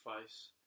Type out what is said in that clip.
face